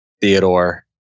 Theodore